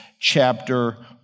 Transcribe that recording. chapter